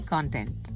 Content